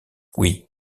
oui